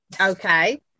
okay